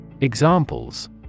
Examples